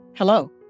Hello